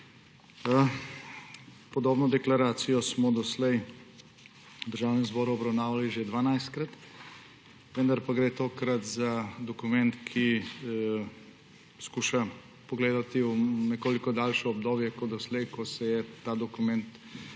Podobno deklaracijo smo doslej v Državnem zboru obravnavali že dvanajstkrat, vendar gre tokrat za dokument, ki skuša pogledati v nekoliko daljše obdobje kot doslej, ko se je ta dokument